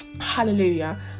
hallelujah